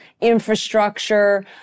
infrastructure